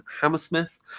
Hammersmith